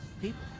people